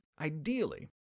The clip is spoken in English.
ideally